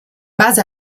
base